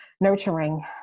nurturing